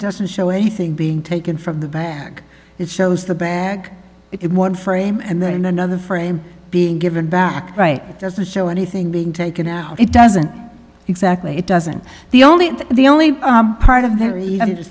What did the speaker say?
doesn't show anything being taken from the bag it shows the bag it one frame and then another frame being given back right doesn't show anything being taken out it doesn't exactly it doesn't the only the only part of t